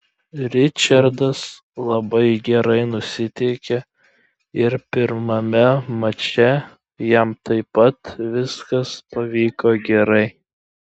ričardas labai gerai nusiteikė ir pirmame mače jam taip pat viskas pavyko gerai